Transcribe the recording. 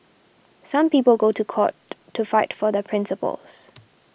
some people go to court to fight for their principles